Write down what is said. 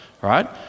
right